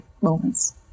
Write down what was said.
moments